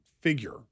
figure